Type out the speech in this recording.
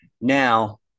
Now